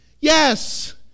Yes